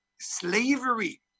slavery